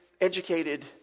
educated